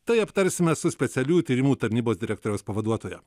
tai aptarsime su specialiųjų tyrimų tarnybos direktoriaus pavaduotoja